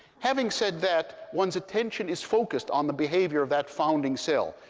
having said that, one's attention is focused on the behavior of that founding cell,